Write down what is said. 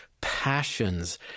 passions